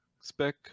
spec